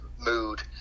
mood